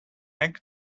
egg